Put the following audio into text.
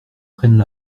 prennent